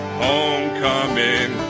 homecoming